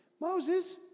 Moses